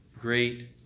great